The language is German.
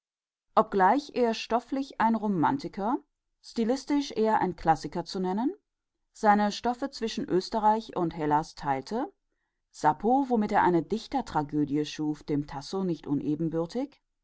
habsburg tragischer stofflich ein romantiker stilistisch eher ein klassiker zu nennen teilte er seine stoffe zwischen österreich und hellas sappho eine dichtertragödie dem tasso nicht unebenbürtig